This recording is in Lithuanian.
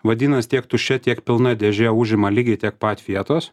vadinas tiek tuščia tiek pilna dėžė užima lygiai tiek pat vietos